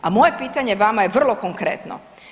A moje pitanje vama je vrlo konkretno.